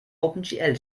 opengl